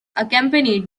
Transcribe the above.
accompanied